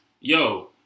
yo